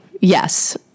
Yes